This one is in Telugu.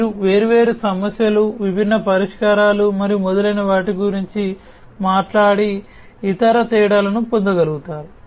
మీరు వేర్వేరు సమస్యలు విభిన్న పరిష్కారాలు మరియు మొదలైన వాటి గురించి మాట్లాడే ఇతర తేడాలను పొందగలుగుతారు